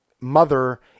Mother